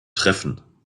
treffen